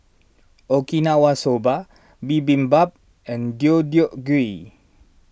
Okinawa Soba Bibimbap and Deodeok Gui